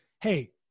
Hey